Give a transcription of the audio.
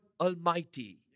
Almighty